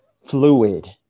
fluid